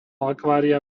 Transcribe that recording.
akvária